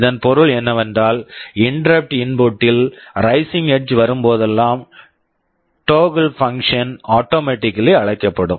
இதன் பொருள் என்னவென்றால் இன்டெரப்ட் இன்புட் interrupt input ல் ரைசிங் எட்ஜ் rising edge வரும் போதெல்லாம் toggle toggle function function automatically automatically அழைக்கப்படும்